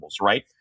right